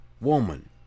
Woman